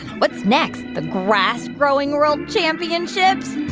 what's next, the grass growing world championships?